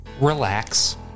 Relax